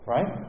Right